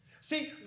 See